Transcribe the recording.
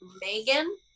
Megan